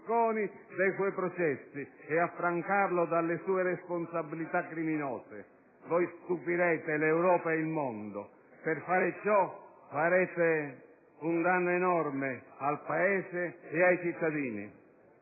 dai suoi processi e affrancarlo dalle sue responsabilità criminose. Voi stupirete l'Europa e il mondo. Per fare ciò farete un danno enorme al Paese e ai cittadini.